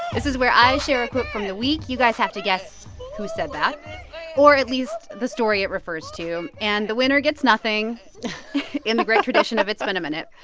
this is where i share a quote from the week. you guys have to guess who said that or at least the story it refers to. and the winner gets nothing in the great tradition of it's been a minute.